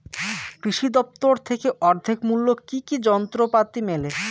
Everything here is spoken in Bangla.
কৃষি দফতর থেকে অর্ধেক মূল্য কি কি যন্ত্রপাতি মেলে?